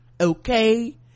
okay